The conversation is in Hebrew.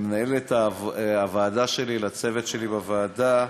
למנהלת הוועדה שלי, לצוות שלי בוועדה,